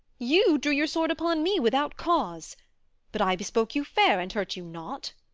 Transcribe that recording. you drew your sword upon me without cause but i bespake you fair, and hurt you not.